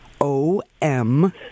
O-M